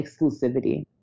exclusivity